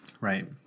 right